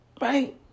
Right